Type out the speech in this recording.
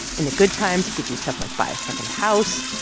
in the good times, he could do stuff like buy a second house.